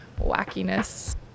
wackiness